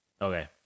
Okay